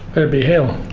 it'd be hell.